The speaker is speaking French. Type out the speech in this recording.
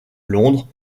londres